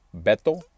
Beto